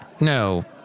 No